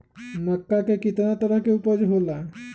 मक्का के कितना तरह के उपज हो ला?